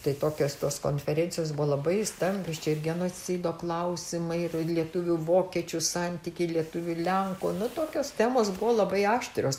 tai tokios tos konferencijos buvo labai stambios čia ir genocido klausimai ir lietuvių vokiečių santykiai lietuvių lenkų nu tokios temos buvo labai aštrios